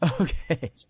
okay